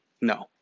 No